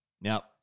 Now